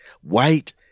white